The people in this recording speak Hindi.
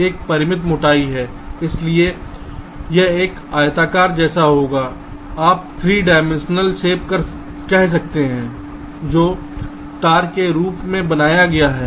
एक परिमित मोटाई है इसलिए यह एक आयताकार जैसा होगा आप 3 डाइमेंशनल शेप कह सकते हैं जो तार के रूप में बनाया गया है